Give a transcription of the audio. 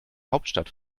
hauptstadt